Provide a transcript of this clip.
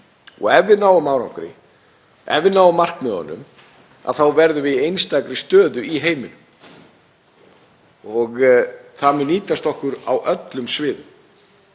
Ef við náum árangri, ef við náum markmiðunum, þá verðum við í einstakri stöðu í heiminum. Það mun nýtast okkur á öllum sviðum.